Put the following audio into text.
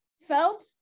felt